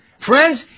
Friends